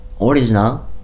original